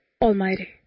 Almighty